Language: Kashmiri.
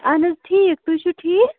آہَن حظ ٹھیٖک تُہۍ چھُو ٹھیٖک